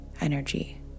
energy